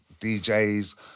djs